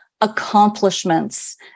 accomplishments